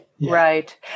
right